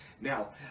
Now